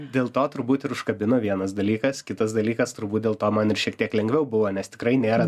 dėl to turbūt ir užkabino vienas dalykas kitas dalykas turbūt dėl to man ir šiek tiek lengviau buvo nes tikrai nėra